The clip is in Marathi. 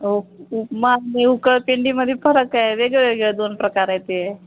ओक उपमा आणि उकरपेंडीमध्ये फरक आहे वेगवेगळे दोन प्रकार आहे ते